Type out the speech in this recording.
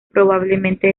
probablemente